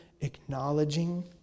Acknowledging